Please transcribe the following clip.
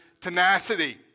tenacity